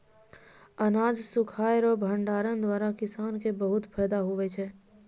अनाज सुखाय रो भंडारण द्वारा किसान के बहुत फैदा हुवै छै